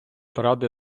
ради